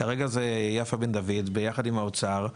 כרגע זה יפה בן דוד ביחד עם האוצר.